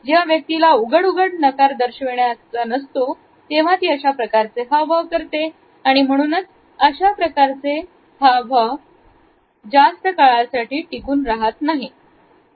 जेव्हा व्यक्तीला उघड उघड नकार दर्शवण्याचा नसतो तेव्हा ती अशा प्रकारचे हावभाव करते आणि म्हणूनच अशाप्रकारचे हावं जास्त काळासाठी दिसत नाहीत